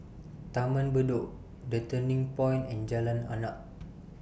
Taman Bedok The Turning Point and Jalan Arnap